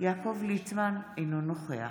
יעקב ליצמן, אינו נוכח